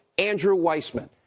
andrew weissmann.